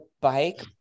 bike